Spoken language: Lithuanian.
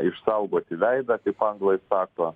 išsaugoti veidą kaip anglai sako